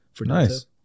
Nice